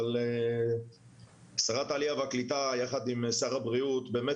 אבל שרת העלייה והקליטה יחד עם שר הבריאות באמת